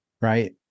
right